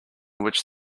which